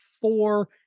four